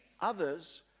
others